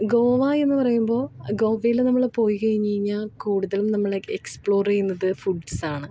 ഗോവായെന്ന് പറയുമ്പോള് ഗോവയില് നമ്മള് പോയിക്കഴിഞ്ഞുകഴിഞ്ഞാല് കൂടുതലും നമ്മള് എക്സ്പ്ലോറെയ്യുന്നത് ഫുഡ്സാണ്